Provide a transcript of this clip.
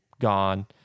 gone